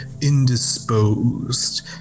indisposed